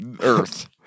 Earth